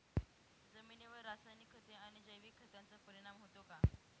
जमिनीवर रासायनिक खते आणि जैविक खतांचा परिणाम होतो का?